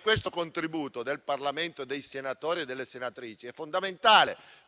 Questo contributo del Parlamento, dei senatori e delle senatrici è fondamentale,